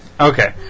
Okay